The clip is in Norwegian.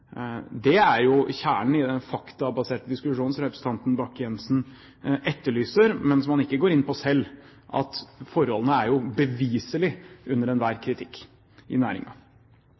Det er jo kjernen i den faktabaserte diskusjonen som representanten Bakke-Jensen etterlyser, men som han ikke går inn på selv, at forholdene i næringen beviselig er under enhver kritikk.